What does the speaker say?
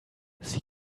sie